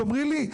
תאמרי לי,